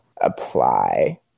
apply